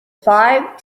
five